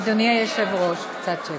אדוני היושב-ראש, קצת שקט.